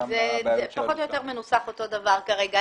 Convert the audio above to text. זה פחות או יותר מנוסח אותו הדבר כרגע.